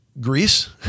Greece